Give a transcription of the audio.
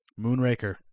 Moonraker